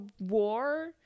war